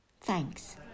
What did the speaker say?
Thanks